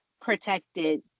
protected